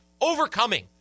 Overcoming